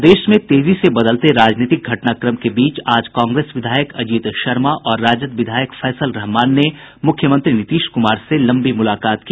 प्रदेश में तेजी से बदलते राजनीतिक घटनाक्रम के बीच आज कांग्रेस विधायक अजीत शर्मा और राजद विधायक फैसल रहमान ने मुख्यमंत्री नीतीश कुमार से लंबी मुलाकात की